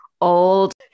old